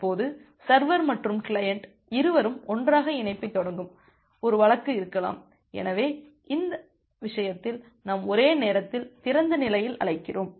இப்போது சர்வர் மற்றும் கிளையன்ட் இருவரும் ஒன்றாக இணைப்பைத் தொடங்கும் 1 வழக்கு இருக்கலாம் எனவே அந்த விஷயத்தில் நாம் ஒரே நேரத்தில் திறந்த நிலையில் அழைக்கிறோம்